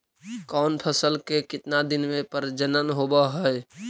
कौन फैसल के कितना दिन मे परजनन होब हय?